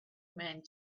man